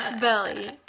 Belly